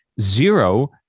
zero